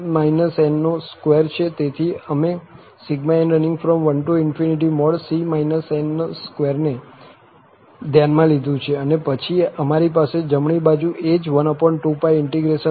તેથી અમે ∑n1 c n2 ને ધ્યાનમાં લીધું છે અને પછી અમારી પાસે જમણી બાજુ એ જ 12π πfx2dx છે